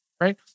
Right